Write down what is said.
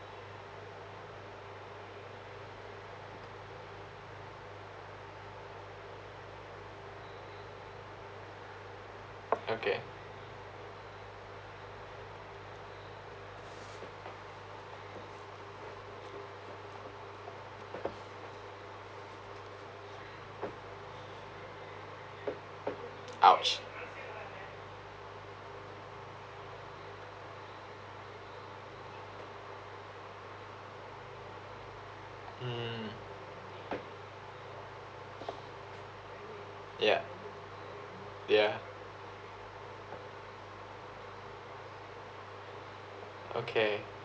okay !ouch! mm ya ya okay